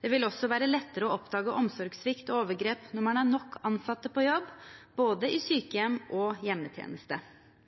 Det vil også være lettere å oppdage omsorgssvikt og overgrep når man er nok ansatte på jobb, i både sykehjem og hjemmetjeneste.